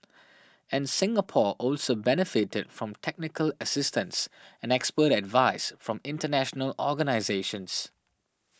and Singapore also benefited from technical assistance and expert advice from international organisations